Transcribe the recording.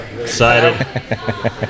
excited